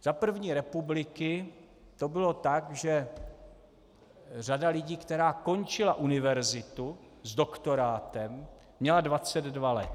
Za první republiky to bylo tak, že řada lidí, která končila univerzitu s doktorátem, měla dvacet dva let.